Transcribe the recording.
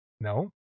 No